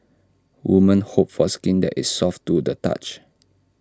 woman hope for skin that is soft to the touch